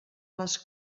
les